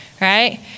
right